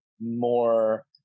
more